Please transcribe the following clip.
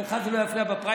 לך זה לא יפריע בפריימריז,